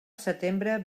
setembre